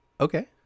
Okay